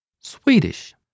Swedish